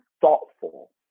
thoughtful